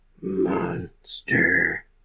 Monster